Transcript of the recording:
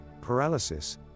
paralysis